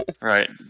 right